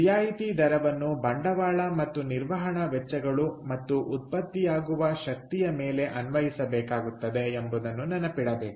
ರಿಯಾಯಿತಿ ದರವನ್ನು ಬಂಡವಾಳ ಮತ್ತು ನಿರ್ವಹಣಾ ವೆಚ್ಚಗಳು ಮತ್ತು ಉತ್ಪತ್ತಿಯಾಗುವ ಶಕ್ತಿಯ ಮೇಲೆ ಅನ್ವಯಿಸಬೇಕಾಗುತ್ತದೆ ಎಂಬುದನ್ನು ನೆನಪಿಡಬೇಕು